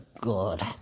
God